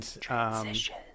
Transition